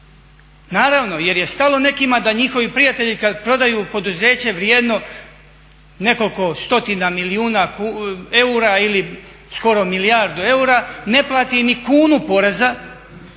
Naravno jer je stalo nekima da njihovi prijatelji kada prodaju poduzeće vrijedno nekoliko stotina milijuna eura ili skoro milijardu eura ne plati ni kunu poreza